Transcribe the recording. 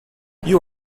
you